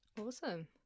Awesome